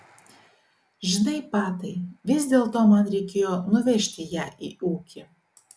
žinai patai vis dėlto man reikėjo nuvežti ją į ūkį